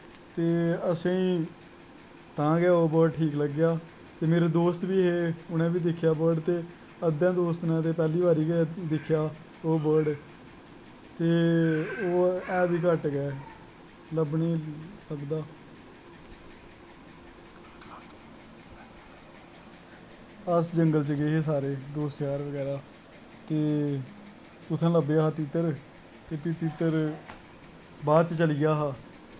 ते असेंगी तां गै ओह् बर्ड़ ठीक लग्गेआ ते मेरे दोस्त बी उ'नें बी दिक्खेआ बर्ड़ ते असें दोस्त ने ते पैह्ली बारी गै दिक्खेआ ओह् बर्ड़ ते ओह् है बी घट्ट गै लब्भने गी लब्भदा अस जंगल च गे हे सारे दोस्त जार बगैरा ते उत्थै लब्भेआ हा तित्तर ते फ्ही तित्तर बाद च चलिया हा